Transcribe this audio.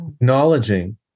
acknowledging